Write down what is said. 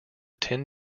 tin